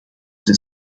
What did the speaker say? ten